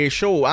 show